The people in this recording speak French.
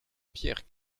pierre